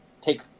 take